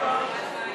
ההצעה